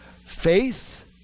Faith